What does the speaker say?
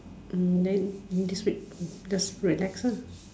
um then this week just relax lah